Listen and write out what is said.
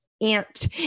ant